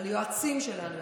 על היועצים שלנו,